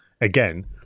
again